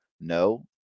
no